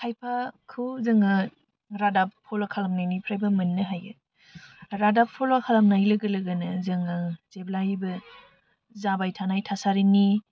खायफाखौ जोङो रादाब फल' खालामनायनिफ्रायबो मोननो हायो रादाब फल' खालामनाय लोगो लोगोनो जोङो जेब्लायबो जाबाय थानाय थासारिनि